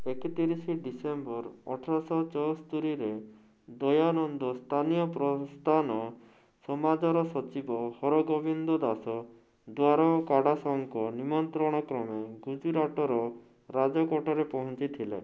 ଏକତିରିଶ ଡିସେମ୍ବର ଅଠରଶହ ଚଉସ୍ତରୀରେ ଦୟାନନ୍ଦ ସ୍ଥାନୀୟ ପ୍ରସ୍ଥାନ ସମାଜର ସଚିବ ହରଗୋବିନ୍ଦ ଦାସ ଦ୍ୱାରକାଡାସଙ୍କ ନିମନ୍ତ୍ରଣ କ୍ରମେ ଗୁଜୁରାଟର ରାଜକୋଟରେ ପହଞ୍ଚିଥିଲେ